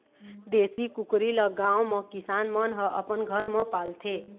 देशी कुकरी ल गाँव म किसान मन ह अपन घर म पालथे